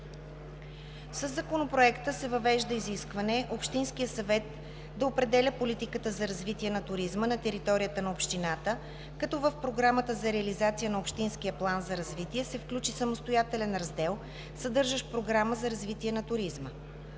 Със Законопроекта се въвежда изискване общинският съвет да определя политиката за развитие на туризма на територията на общината, като в програмата за реализация на общинския план за развитие се включи самостоятелен раздел, съдържащ програма за развитие на туризма.